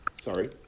Sorry